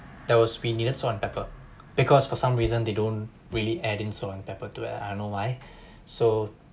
that was we needed salt and pepper because for some reason they don't really add in salt and pepper to it I don't know why so